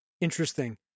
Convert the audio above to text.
Interesting